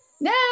No